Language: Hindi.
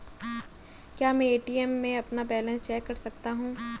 क्या मैं ए.टी.एम में अपना बैलेंस चेक कर सकता हूँ?